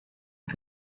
had